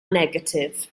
negatif